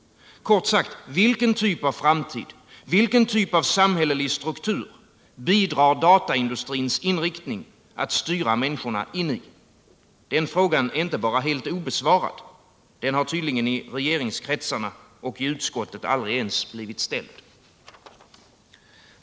Kort sagt, vilken typ av framtid, vilken typ av samhällelig struktur bidrar dataindustrins inriktning att styra människorna in i? Den frågan är inte bara helt obesvarad, den har tydligen aldrig blivit ställd i regeringskretsarna och i utskottet.